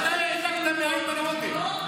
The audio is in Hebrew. גם אתה העתקת מאיימן עודה.